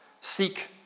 seek